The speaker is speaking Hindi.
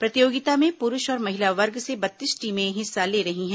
प्रतियोगिता में पुरूष और महिला वर्ग से बत्तीस टीमें हिस्सा ले रही हैं